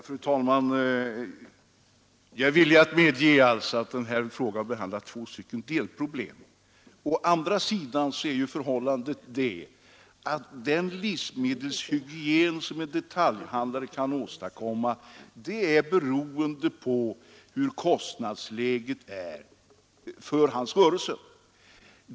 Fru talman! Jag är villig att medge att frågan behandlar två delproblem. Den livsmedelshygien som en detaljhandlare måste åstadkomma påverkar kostnadsläget för hans rörelse.